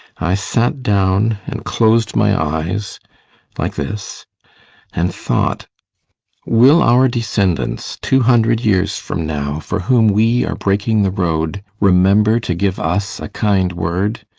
i sat down and closed my eyes like this and thought will our descendants two hundred years from now, for whom we are breaking the road, remember to give us a kind word?